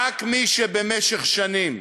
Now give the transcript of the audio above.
רק מי שבמשך שנים